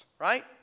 right